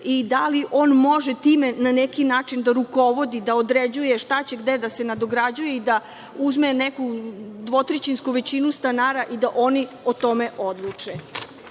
i da li on može time na neki način da rukovodi, da određuje šta će gde da se nadograđuje i uzme neku dvotrećinsku većinu stanara i da oni o tome odluče. Ako